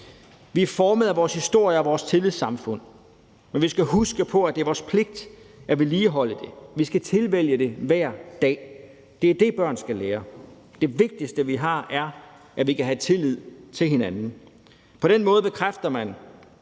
Vi er formet af vores historie og vores tillidssamfund, men vi skal huske på, at det er vores pligt at vedligeholde det. Vi skal tilvælge det hver dag. Det er det, børn skal lære. Det vigtigste, vi har, er, at vi kan have tillid til hinanden. På den måde bekræfter man,